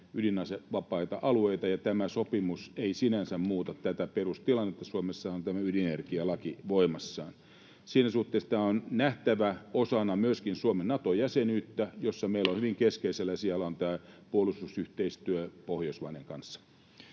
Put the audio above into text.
ydinasevapaita alueita, ja tämä sopimus ei sinänsä muuta tätä perustilannetta. Suomessa on tämä ydinenergialaki voimassa. Siinä suhteessa tämä on nähtävä osana myöskin Suomen Nato-jäsenyyttä, jossa meillä hyvin keskeisellä sijalla on tämä puolustusyhteistyö Pohjoismaiden kanssa.